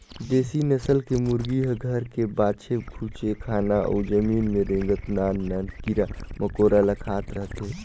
देसी नसल के मुरगी ह घर के बाचे खुचे खाना अउ जमीन में रेंगत नान नान कीरा मकोरा ल खात रहथे